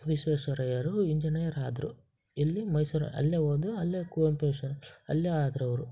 ವಿಶ್ವೇಶ್ವರಯ್ಯರು ಇಂಜಿನಿಯರಾದರು ಎಲ್ಲಿ ಮೈಸೂರು ಅಲ್ಲೇ ಓದು ಅಲ್ಲೇ ಕುವೆಂಪು ವಿಶ್ವ ಅಲ್ಲೇ ಆದ್ರು ಅವರು